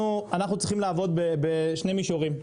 אנחנו צריכים לעבוד בשני מישורים.